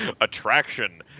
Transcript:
attraction